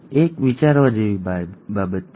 હવે એ વિચારવા જેવી એક વાત છે